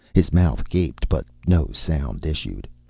his mouth gaped, but no sound issued.